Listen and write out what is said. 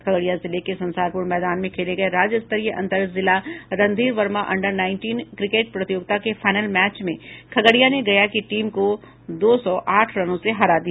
खगड़िया जिले के संसारपुर मैदान में खेले गये राज्य स्तरीय अंतर जिला Randhir Verma under nineteen cricket प्रतियोगिता के फाइनल मैच में खगड़िया ने गया की टीम को दो सौ आठ रनों से हरा दिया